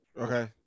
Okay